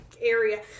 area